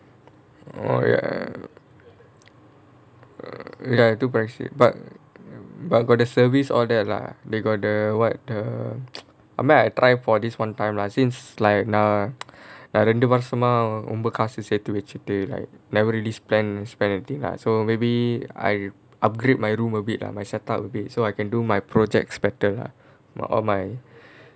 oh ya ya too pricey but but got the service all that lah they got the [what] the I mean I try for this [one] time lah since like நான் ரெண்டு வருஷமா ரொம்ப காசு சேர்த்து வச்சிட்டு:naan rendu varushamaa romba kaasu serthu vachittu like never really spe~ spend anything lah so maybe I upgrade my room a bit lah my set up a bit so I can do my projects better lah m~ all my